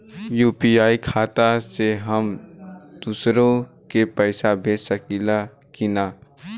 UPI खाता से हम दुसरहु के पैसा भेज सकीला की ना?